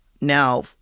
Now